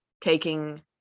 taking